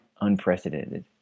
unprecedented